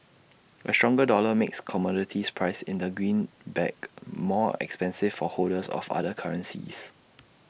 A stronger dollar makes commodities priced in the greenback more expensive for holders of other currencies